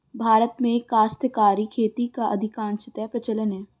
भारत में काश्तकारी खेती का अधिकांशतः प्रचलन है